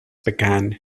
began